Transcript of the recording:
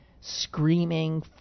screaming